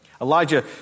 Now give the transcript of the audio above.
Elijah